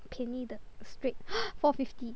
便宜的 strai~ four fifty